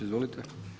Izvolite.